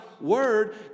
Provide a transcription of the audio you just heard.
word